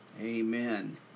Amen